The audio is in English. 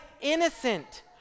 innocent